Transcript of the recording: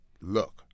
look